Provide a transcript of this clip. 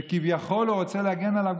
שכביכול הוא רוצה להגן עליו,